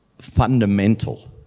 fundamental